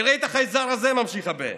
תראה את החייזר הזה, ממשיך הבן,